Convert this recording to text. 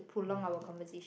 ya